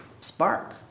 spark